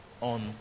on